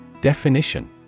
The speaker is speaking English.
Definition